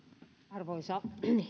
arvoisa